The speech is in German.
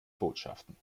botschaften